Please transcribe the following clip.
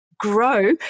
grow